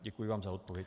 Děkuji vám za odpověď.